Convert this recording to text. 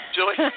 Julie